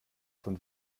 von